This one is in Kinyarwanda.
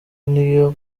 n’iyo